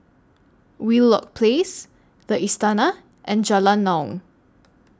Wheelock Place The Istana and Jalan Naung